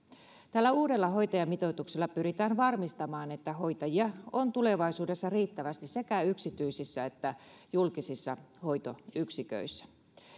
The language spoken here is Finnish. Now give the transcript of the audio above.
tällä uudella hoitajamitoituksella pyritään varmistamaan että hoitajia on tulevaisuudessa riittävästi sekä yksityisissä että julkisissa hoitoyksiköissä